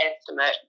estimate